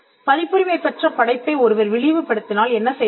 பதிப்புரிமை பெற்ற படைப்பை ஒருவர் இழிவுபடுத்தினால் என்ன செய்வது